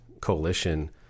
coalition